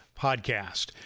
Podcast